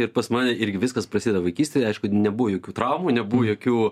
ir pas mane irgi viskas prasideda vaikystėje aišku nebuvo jokių traumų nebuvo jokių